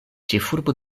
ĉefurbo